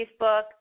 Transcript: Facebook